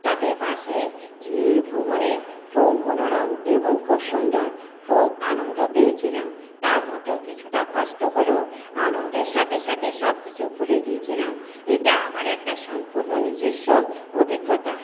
তবে বাসে ভ্রমণের খুব মনোরম এবং খুব সুন্দর খুব আনন্দ পেয়েছিলাম তার মধ্যেও কিছুটা কষ্ট হলেও আনন্দের সাথে সাথে সবকিছু ভুলে গিয়েছিলাম এটা আমার একটা সম্পূর্ণ নিজস্ব অভিজ্ঞতা